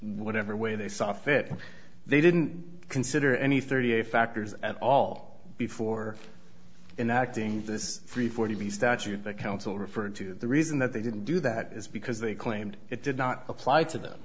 whatever way they saw fit they didn't consider any thirty eight factors at all before in acting this three forty statute that counsel referred to the reason that they didn't do that is because they claimed it did not apply to them